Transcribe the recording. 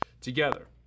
together